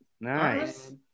Nice